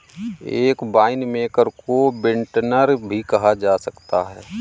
एक वाइनमेकर को विंटनर भी कहा जा सकता है